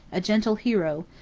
a gentle hero,